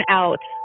out